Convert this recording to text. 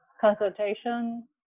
consultation